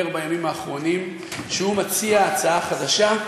בימים האחרונים שהוא מציע הצעה חדשה: